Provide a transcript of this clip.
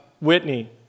Whitney